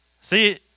See